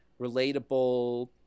relatable